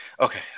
Okay